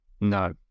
No